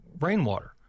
rainwater